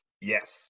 Yes